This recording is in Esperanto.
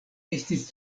estis